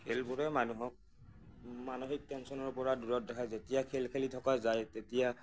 খেলবোৰে মানুহক মানসিক টেঞ্চনৰ পৰা দূৰত দেখাই যেতিয়া খেল খেলি থকা যায় তেতিয়া